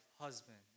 husband